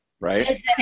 right